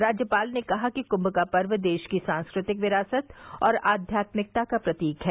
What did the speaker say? राज्यपाल ने कहा कि कुंम का पर्व देश की सांस्कृतिक विरासत और आध्यात्मिकता का प्रतीक है